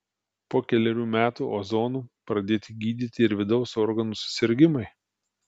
po kelerių metų ozonu pradėti gydyti ir vidaus organų susirgimai